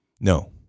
No